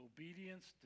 Obedience